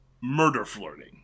murder-flirting